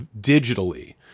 digitally